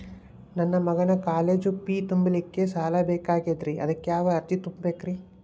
ನನ್ನ ಮಗನ college fee ತುಂಬಲಿಕ್ಕೆ ಸಾಲ ಬೇಕಾಗೆದ್ರಿ ಅದಕ್ಯಾವ ಅರ್ಜಿ ತುಂಬೇಕ್ರಿ?